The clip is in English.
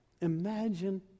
Imagine